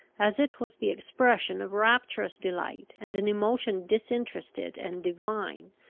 as it was the expression of rapturous delight, and an emotion disinterested and divine,